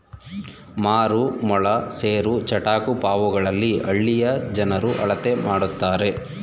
ಮಾರು, ಮೊಳ, ಸೇರು, ಚಟಾಕು ಪಾವುಗಳಲ್ಲಿ ಹಳ್ಳಿಯ ಜನರು ಅಳತೆ ಮಾಡ್ತರೆ